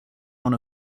one